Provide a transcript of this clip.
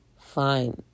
fine